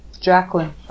Jacqueline